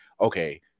okay